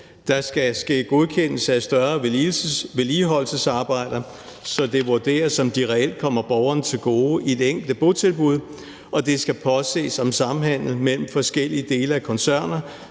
der skal ske godkendelse af større vedligeholdelsesarbejder, så det vurderes, om de reelt kommer borgerne til gode i det enkelte botilbud; og det skal påses, om samhandlen mellem forskellige dele af koncerner